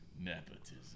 Nepotism